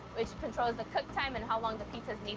which controls the cook time, and how long the pizzas